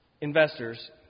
investors